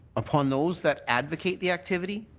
upon those that advocate the activity?